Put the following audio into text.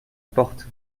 porte